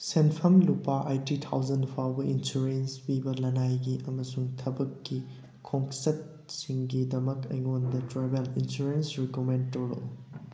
ꯁꯦꯟꯐꯝ ꯂꯨꯄꯥ eighty thousand ꯐꯥꯎꯕ ꯏꯟꯁꯨꯔꯦꯟꯁ ꯄꯤꯕ ꯂꯅꯥꯏꯒꯤ ꯑꯃꯁꯨꯡ ꯊꯕꯛꯀꯤ ꯈꯣꯡꯆꯠꯁꯤꯡꯒꯤꯗꯃꯛ ꯑꯩꯉꯣꯟꯗ ꯇ꯭ꯔꯦꯕꯦꯜ ꯏꯟꯁꯨꯔꯦꯟꯁ ꯔꯤꯀꯃꯦꯟ ꯇꯧꯔꯛꯎ